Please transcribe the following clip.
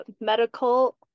medical